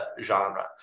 genre